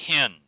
hen